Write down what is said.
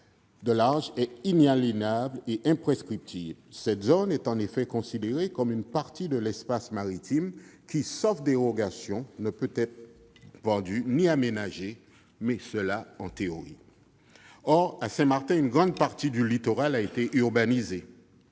de largeur est inaliénable et imprescriptible. Cette zone est en effet considérée comme une partie de l'espace maritime qui, sauf dérogation, ne peut être vendue ni aménagée. Mais c'est en théorie : à Saint-Martin, une grande partie du littoral a été urbanisée,